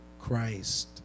Christ